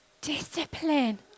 Discipline